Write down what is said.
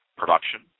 production